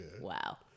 Wow